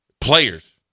players